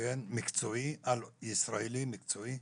מקצועי על ישראלי מקצועי?